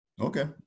Okay